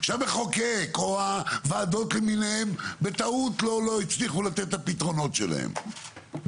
שהמחוקק או הוועדות למיניהן בטעות לא הצליחו לתת את הפתרונות שלהם.